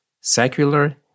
secular